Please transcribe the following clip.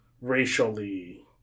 racially